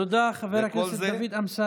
וכל זה, כן, תודה, תודה, חבר הכנסת דוד אמסלם.